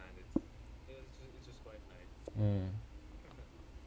mm